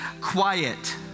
quiet